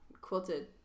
quilted